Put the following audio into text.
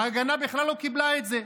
ההגנה בכלל לא קיבלה את זה.